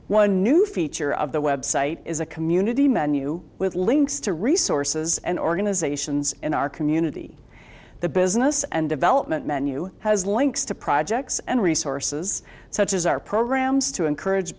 one new feature of the website is a community menu with links to resources and organizations in our community the business and development menu has links to projects and resources such as our programs to encourage